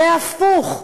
והפוך.